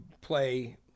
play